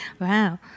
Wow